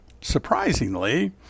surprisingly